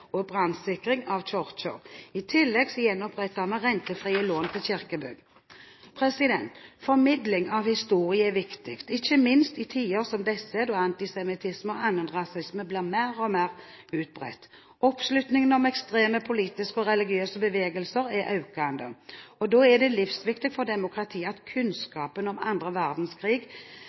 og brannsikring av kirker. I tillegg gjenoppretter vi rentefrie lån til kirkebygg. Formidling av historie er viktig, ikke minst i tider som disse, da antisemittisme og annen rasisme blir mer og mer utbredt. Oppslutningen om ekstreme politiske og religiøse bevegelser er økende, og da er det livsviktig for demokratiet at kunnskapen om annen verdenskrig